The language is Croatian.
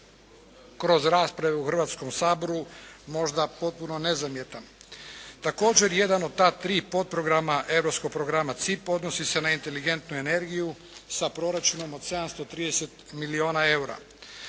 kroz rasprave u Hrvatskom saboru, možda potpuno nezamjetan. Također jedan od ta tri potprograma europskog programa CIP odnosi se na inteligentnu energiju sa proračunom od 730 milijuna eura.